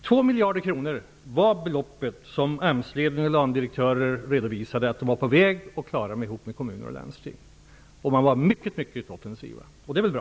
2 miljarder kronor var det belopp som AMS ledning och länsarbetsnämndsdirektörer redovisade att de var på väg att få fram tillsammans med kommuner och landsting. Man var mycket offensiv, och det är väl bra.